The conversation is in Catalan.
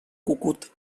cucut